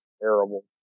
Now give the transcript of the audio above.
terrible